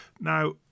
Now